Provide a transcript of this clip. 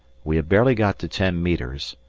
we had barely got to ten metres,